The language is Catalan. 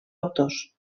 autors